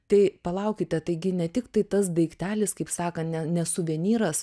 tai palaukite taigi ne tik tai tas daiktelis kaip sakant ne ne suvenyras